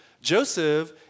Joseph